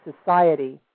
society